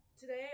today